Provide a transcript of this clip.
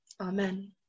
Amen